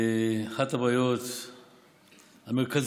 אחת הבעיות המרכזיות